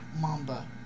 mamba